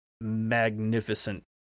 magnificent